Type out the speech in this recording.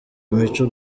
imico